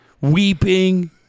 weeping